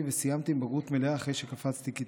וסיימתי עם בגרות מלאה אחרי שקפצתי כיתה.